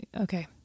Okay